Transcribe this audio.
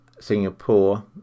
Singapore